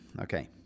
Okay